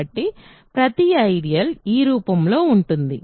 కాబట్టి ప్రతి ఐడియల్ ఈ రూపంలో ఉంటుంది